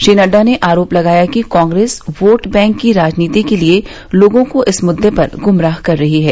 श्री नड्डा ने आरोप लगाया कि कांग्रेस वोट बैंक की राजनीति के लिए लोगों को इस मुद्दे पर गुमराह कर रही है